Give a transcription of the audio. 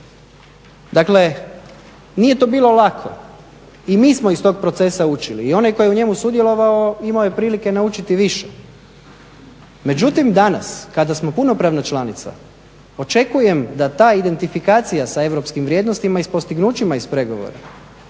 Dakle, nije to bilo lako. I mi smo iz tog procesa učili i onaj tko je u njemu sudjelovao imao je prilike naučiti više. Međutim, danas kada smo punopravna članica očekujem da ta identifikacija sa europskim vrijednostima i s postignućima iz pregovora